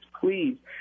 please